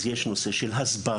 אז יש נושא של הסברה,